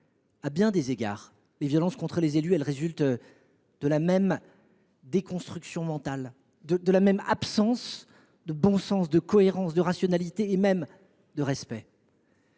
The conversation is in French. À bien des égards, les violences contre les élus résultent de la même déconstruction mentale, de la même absence de bon sens, de cohérence, de rationalité, et aussi d’une